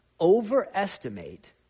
overestimate